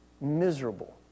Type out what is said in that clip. Miserable